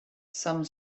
some